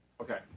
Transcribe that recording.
Okay